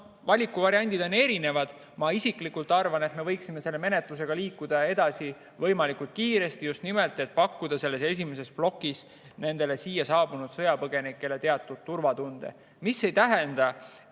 valikuvariante on erinevaid. Ma isiklikult arvan, et me võiksime selle menetlusega liikuda edasi võimalikult kiiresti, just nimelt, et pakkuda siia saabunud sõjapõgenikele teatud turvatunnet. See ei tähenda,